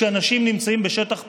כשאנשים נמצאים בשטח פתוח,